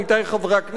עמיתי חברי הכנסת,